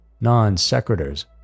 non-secretors